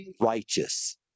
righteous